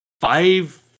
five